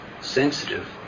sensitive